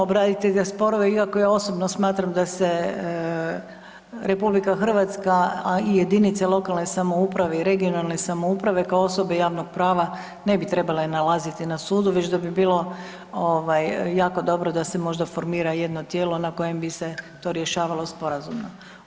Možemo obraditi te sporove iako ja osobno smatram da se RH, a i jedinice lokalne samouprave i regionalne samouprave kao osobe javnog prava ne bi trebale nalaziti na sudu, već da bi bilo jako dobro da se možda formira jedno tijelo na kojem bi se to rješavalo sporazumno.